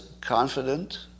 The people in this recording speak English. confident